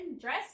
dress